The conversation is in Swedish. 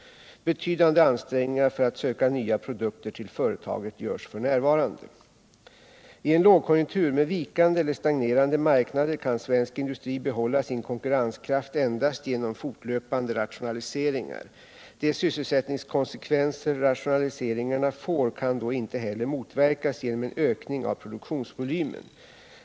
Betydande ansträngningar för att söka nya produkter till företaget görs f.n. I en lågkonjunktur med vikande eller stagnerande marknader kan svensk industri behålla sin konkurrenskraft endast genom fortlöpande rationaliseringar. De sysselsättningskonsekvenser rationaliseringarna får kan då inte heller motverkas genom en ökning av produktionsvolymen.